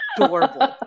adorable